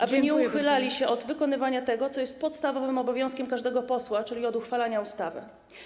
aby nie uchylali się od wykonywania tego, co jest podstawowym obowiązkiem każdego posła, czyli od uchwalania ustawy.